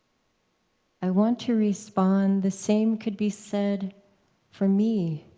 i want to respond, the same could be said for me,